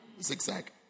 Zigzag